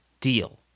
deal